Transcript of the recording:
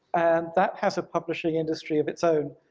and that has a publishing industry of its own,